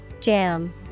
Jam